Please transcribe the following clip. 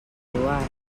eduard